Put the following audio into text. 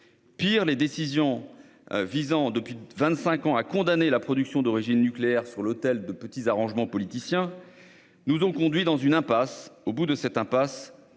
Pis, les décisions visant depuis vingt-cinq ans à condamner la production d'origine nucléaire sur l'autel de petits arrangements politiciens nous ont conduits dans une impasse. Au bout de cette impasse,